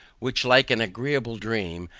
which, like an agreeable dream,